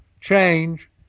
change